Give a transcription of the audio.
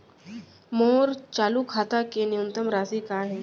मोर चालू खाता के न्यूनतम राशि का हे?